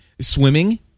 swimming